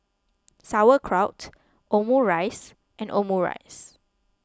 Sauerkraut Omurice and Omurice